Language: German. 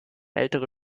ältere